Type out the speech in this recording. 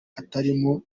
atarimo